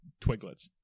Twiglets